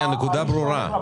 הנקודה ברורה.